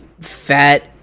fat